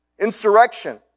Insurrection